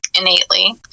innately